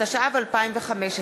התשע"ו 2015,